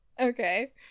okay